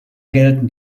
gelten